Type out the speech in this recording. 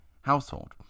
household